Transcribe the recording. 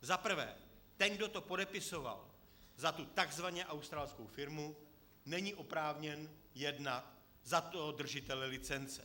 Za prvé, ten, kdo to podepisoval za tu takzvaně australskou firmu, není oprávněn jednat za držitele licence.